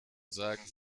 sagen